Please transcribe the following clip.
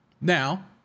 now